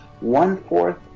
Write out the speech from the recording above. one-fourth